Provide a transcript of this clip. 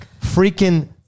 Freaking